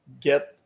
get